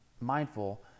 mindful